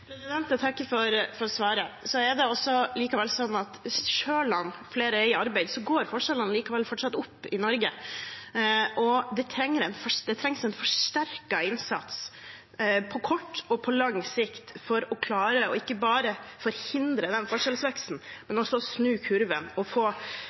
Jeg takker for svaret. Selv om flere er i arbeid, går forskjellene fortsatt opp i Norge. Det trengs en forsterket innsats både på kort og på lang sikt for å klare ikke bare å forhindre forskjellsveksten, men